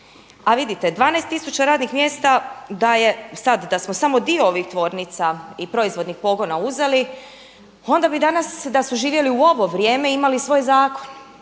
A vidite, 12 tisuća radnih mjesta da smo samo dio ovih tvornica i proizvodnih pogona uzeli, onda bi danas da su živjeli u ovo vrijeme imali svoj zakon